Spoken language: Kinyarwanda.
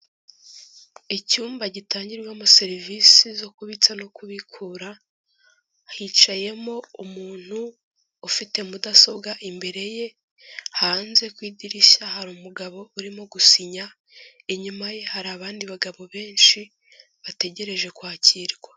Icyumba gitangirwamo serivisi zo kubitsa no kubikura, hicayemo umuntu ufite mudasobwa imbere ye, hanze ku idirishya hari umugabo urimo gusinya, inyuma ye hari abandi bagabo benshi bategereje kwakirwa.